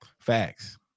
Facts